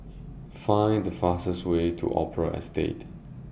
Find The fastest Way to Opera Estate